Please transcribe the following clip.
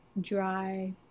dry